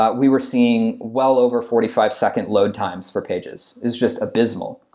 but we were seeing well over forty five second load times for pages. it's just abysmal.